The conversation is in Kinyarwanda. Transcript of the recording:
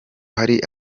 hari